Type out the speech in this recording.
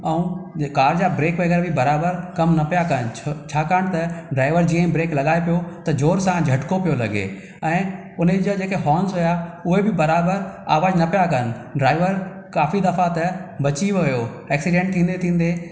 ऐं कार जा ब्रेक वग़ैरह बि बराबरि कमु न पिया कनि छाकणि त ड्राइवर जीअं ब्रेक लगाए पियो त जोर सां झटको पियो लॻे ऐं उनजी जेके हॉर्नस हुआ उहे बि बराबरि आवाज़ु न पिया कनि ड्राइवर काफ़ी दफ़ा त बची वयो एक्सीडेंट थीन्दे थीन्दे